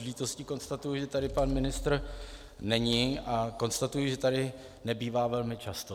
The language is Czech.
S lítostí konstatuji, že tady pan ministr není, a konstatuji, že tady nebývá velmi často.